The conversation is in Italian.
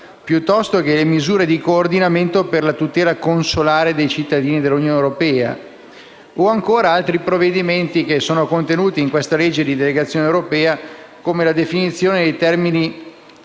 piuttosto che misure di coordinamento per la tutela consolare dei cittadini dell'Unione europea o, ancora, altri provvedimenti contenuti nel disegno di legge in esame, come la definizione dei termini